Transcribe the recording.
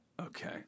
Okay